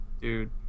dude